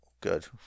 Good